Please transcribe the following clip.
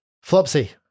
Flopsy